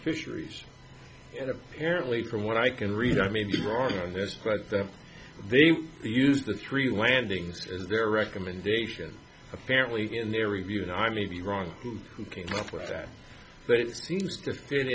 fisheries and apparently from what i can read i may be wrong on this but the they used the three landings as their recommendation apparently in their review and i may be wrong who came up with that but it seems to